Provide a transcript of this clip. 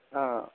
ஆ